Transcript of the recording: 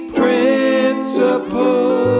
principle